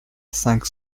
cinq